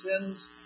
sins